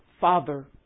Father